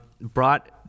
brought